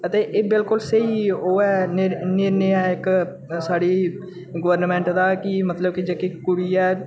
ते एह् बिलकुल स्हेई ओह् ऐ निर्णय ऐ इक साढ़ी गवर्नमेंट दा की मतलब की जेह्की कुड़ी ऐ